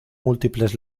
múltiples